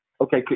Okay